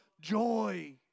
joy